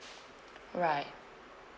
right